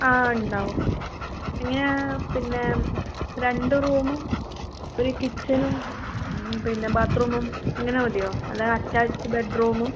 ആ ഉണ്ടാവും എങ്ങനെയാണ് പിന്നെ രണ്ട് റൂമും ഒരു കിച്ചണും പിന്നെ ബാത്റൂമും അങ്ങിനെ മതിയോ അല്ലേ അറ്റാച്ച്ഡ് ബെഡ്റൂമും